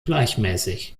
gleichmäßig